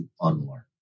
unlearn